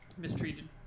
Mistreated